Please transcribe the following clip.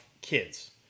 kids